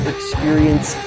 Experience